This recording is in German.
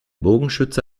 bogenschütze